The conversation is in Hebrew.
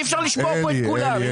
אי-אפשר לשמוע פה את כולם.